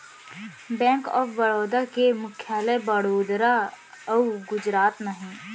bank of Baroda के मुख्यालय बड़ोदरा अउ गुजरात म हे